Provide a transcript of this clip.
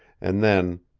and then,